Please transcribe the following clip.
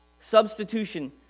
Substitution